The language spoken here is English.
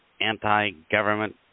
anti-government